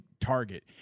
target